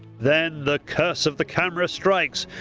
then the curse of the camera strikes.